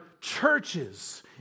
churches